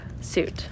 suit